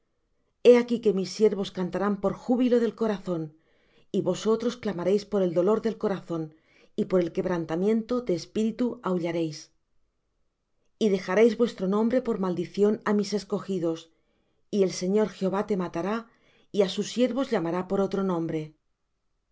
he aquí que mis siervos cantarán por júbilo del corazón y vosotros clamaréis por el dolor del corazón y por el quebrantamiento de espíritu aullaréis y dejaréis vuestro nombre por maldición á mis escogidos y el señor jehová te matará y á sus siervos llamará por otro nombre